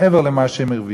מעבר למה שהם הרוויחו.